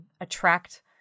attract